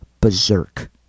berserk